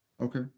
okay